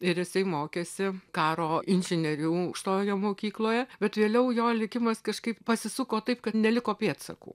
ir jisai mokėsi karo inžinierių aukštojoje mokykloje bet vėliau jo likimas kažkaip pasisuko taip kad neliko pėdsakų